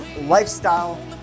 lifestyle